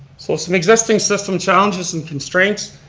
so some existing system challenges and constraints.